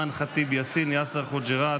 אימאן ח'טיב יאסין ויאסר חוג'יראת,